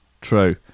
true